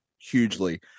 hugely